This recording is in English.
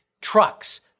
trucks